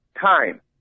time